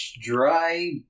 dry